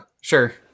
sure